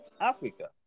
Africa